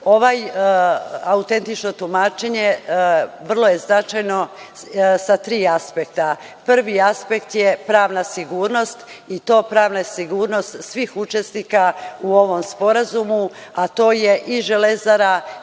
autentično tumačenje vrlo je značajno sa tri aspekta. Prvi aspekt je pravna sigurnost i to pravna sigurnost svih učesnika u ovom sporazumu, a to je i „Železara“